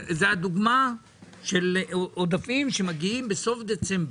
זו הדוגמה של עודפים שמגיעים בסוף דצמבר,